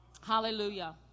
Hallelujah